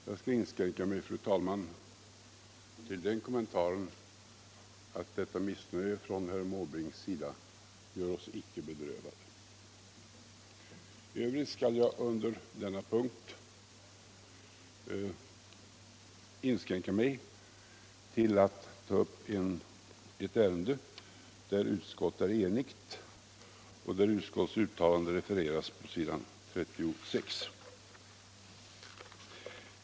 Jag skall inskränka mig, fru talman, till den kommentaren att detta missnöje från herr Måbrinks sida gör oss icke bedrövade. I övrigt skall jag under denna punkt inskränka mig till att ta upp ett ärende där utskottet är enigt och där utskottets uttalande återfinns på s. 36.